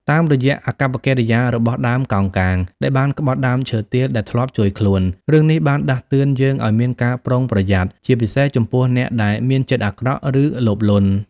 តាមរយៈអាកប្បកិរិយារបស់ដើមកោងកាងដែលបានក្បត់ដើមឈើទាលដែលធ្លាប់ជួយខ្លួន រឿងនេះបានដាស់តឿនយើងឲ្យមានការប្រុងប្រយ័ត្ន ជាពិសេសចំពោះអ្នកដែលមានចិត្តអាក្រក់ ឬលោភលន់។